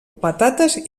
patates